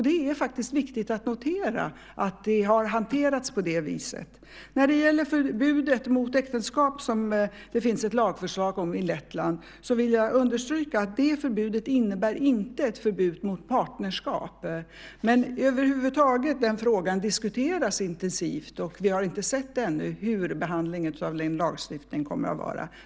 Det är faktiskt viktigt att notera att det har hanterats på det viset. När det gäller det förbud mot äktenskap som det finns ett lagförslag om i Lettland vill jag understryka att detta förbud inte innebär ett förbud mot partnerskap. Men den frågan över huvud taget diskuteras intensivt, och vi har inte sett ännu hur behandlingen av lagstiftningen kommer att vara.